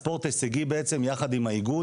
הספורט ההישגי בעצם יחד עם האיגוד,